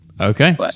Okay